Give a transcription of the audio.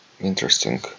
interesting